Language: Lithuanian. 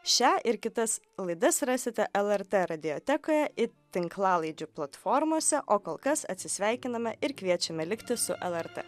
šią ir kitas laidas rasite lrt radiotekoje ir tinklalaidžių platformose o kol kas atsisveikiname ir kviečiame likti su lrt